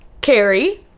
carrie